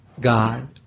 God